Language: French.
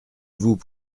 vous